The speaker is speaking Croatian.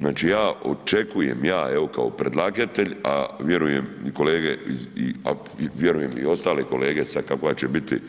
Znači ja očekujem, ja evo kao predlagatelj a vjerujem i kolege, vjerujem i ostali kolege sad koja će biti